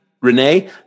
Renee